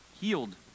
healed